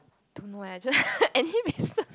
don't know I just any business